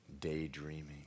Daydreaming